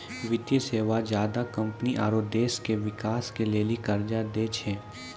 वित्तीय सेवा ज्यादा कम्पनी आरो देश के बिकास के लेली कर्जा दै छै